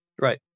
Right